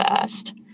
first